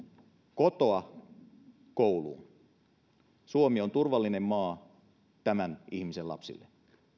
kotoa kouluun suomi on turvallinen maa tämän ihmisen lapsille